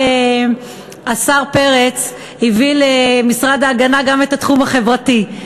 השר פרץ הביא למשרד להגנת הסביבה גם את התחום החברתי,